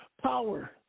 power